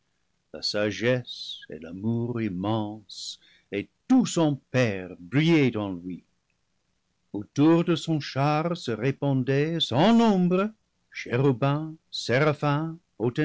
la sagesse et l'amour immense et tout son père brillaient en lui autour de son char se répandaient sans nombre chéru bins